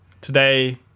today—